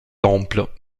temples